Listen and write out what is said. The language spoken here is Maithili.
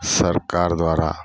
सरकार द्वारा